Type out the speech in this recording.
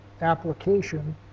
application